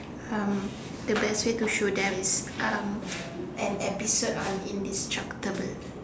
um the best way to show them is um an episode on indestructible